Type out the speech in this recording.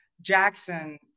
Jackson